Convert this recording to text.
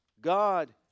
God